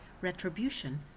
retribution